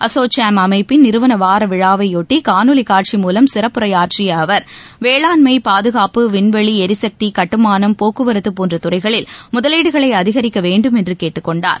அசோசெம் அமைப்பின் நிறுவன வார விழாவையொட்டி காணொலி காட்சி மூலம் சிறப்புரையாற்றிய அவர் வேளாண்மை பாதுகாப்பு விண்வெளி எரிசக்தி கட்டுமானம் போக்குவரத்து போன்ற துறைகளில் முதலீடுகளை அதிகரிக்க வேண்டும் என்று கேட்டுக்கொண்டார்